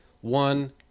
one